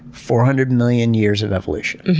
four hundred million years of evolution,